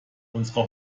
unserer